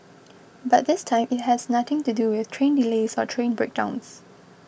but this time it has nothing to do with train delays or train breakdowns